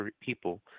people